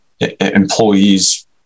employee's